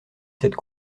cette